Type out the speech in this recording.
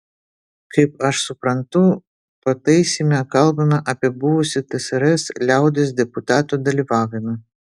kaip aš suprantu pataisyme kalbame apie buvusių tsrs liaudies deputatų dalyvavimą